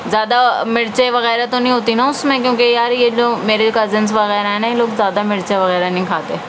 زیادہ مرچیں وغیرہ تو نہیں ہوتی نا اس میں کیونکہ یار یہ جو میرے کزنس وغیرہ ہیں نا یہ لوگ زیادہ مرچیں وغیرہ نہیں کھاتے